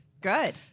Good